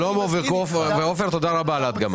אתה אומר: